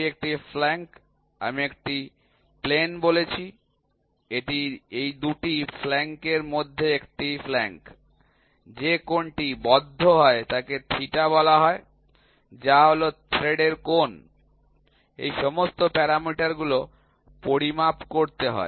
এটি একটি ফ্ল্যাঙ্ক আমি একটি প্লেন বলেছি এটি এই 2 টি ফ্ল্যাঙ্কের মধ্যে একটি ফ্ল্যাঙ্ক যে কোণটি বদ্ধ হয় তাকে থিটা বলা হয় যা হল থ্রেডের কোণ এই সমস্ত প্যারামিটার গুলি পরিমাপ করতে হয়